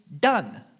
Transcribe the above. done